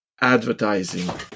advertising